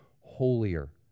holier